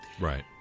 Right